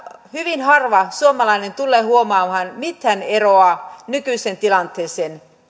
hyvin harva suomalainen tulee huomaamaan mitään eroa nykyiseen tilanteeseen